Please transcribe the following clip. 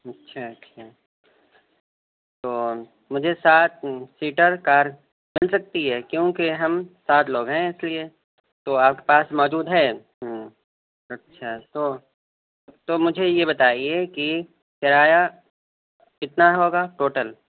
اچھا اچھا تو مجھے سات سیٹر کار مل سکتی ہے کیونکہ ہم سات لوگ ہیں اس لیے تو آس پاس موجود ہے اچھا تو تو مجھے یہ بتائیے کہ کرایہ کتنا ہوگا ٹوٹل